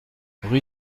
rue